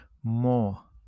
more